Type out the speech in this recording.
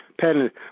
patent